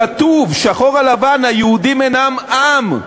כתוב, שחור על לבן: היהודים אינם עם,